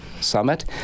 Summit